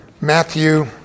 Matthew